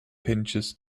pinches